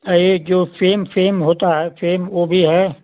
और ये जो सेम सेम होता है सेम वो भी है